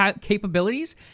capabilities